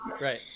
right